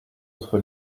autre